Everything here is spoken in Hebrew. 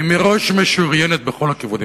הממשלה מראש משוריינת בכל הכיוונים.